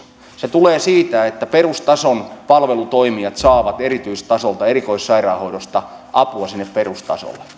se tulee siitä että perustason palvelutoimijat saavat erityistasolta erikoissairaanhoidosta apua sinne perustasolle